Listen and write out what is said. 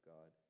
God